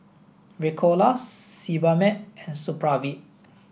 Ricola Sebamed and Supravit